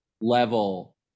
level